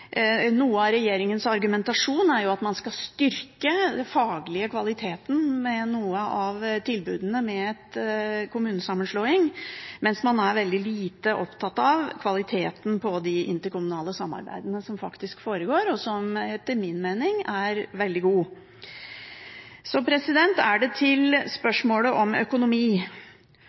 Noe av regjeringens argumentasjon er at man skal styrke den faglige kvaliteten på noen av tilbudene ved en kommunesammenslåing, mens man er veldig lite opptatt av kvaliteten på de interkommunale samarbeidene som faktisk foregår, og som etter min mening er veldig god. Til spørsmålet om økonomi: